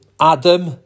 Adam